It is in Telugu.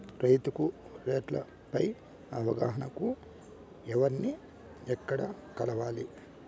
రైతుకు రేట్లు పై అవగాహనకు ఎవర్ని ఎక్కడ కలవాలి?